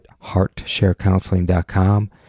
heartsharecounseling.com